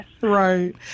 Right